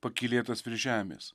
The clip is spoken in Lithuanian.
pakylėtas virš žemės